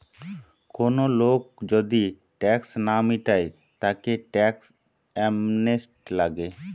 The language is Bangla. কোন লোক যদি ট্যাক্স না মিটায় তাকে ট্যাক্স অ্যামনেস্টি লাগে